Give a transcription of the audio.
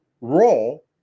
role